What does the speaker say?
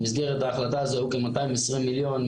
במסגרת ההחלטה זוהו כ-220 מיליון,